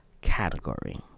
category